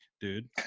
dude